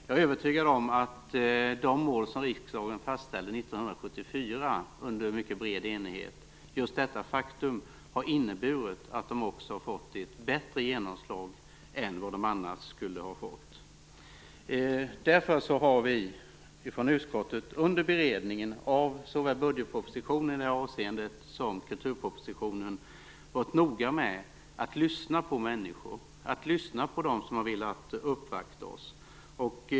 Jag är övertygad om att de mål som riksdagen fastställde år 1974 under mycket bred enighet, och just detta faktum, har inneburit att de fått ett bättre genomslag än vad de annars skulle ha fått. Vi har därför från utskottet under beredningen av såväl budgetpropositionen i detta avseende som kulturpropositionen varit noga med att lyssna på människor och dem som velat uppvakta oss.